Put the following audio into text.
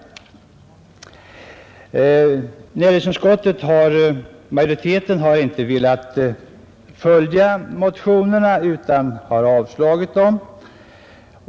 Utskottsmajoriteten har inte velat tillstyrka motionerna utan har avstyrkt dem.